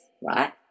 right